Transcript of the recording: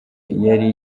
yari